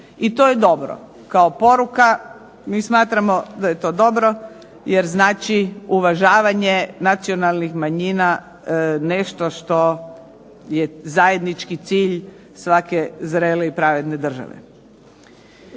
i to je dobro. Mi smatramo da je to dobro, jer znači uvažavanje nacionalnih manjina je zajednički cilj svake zrele i pravedne države.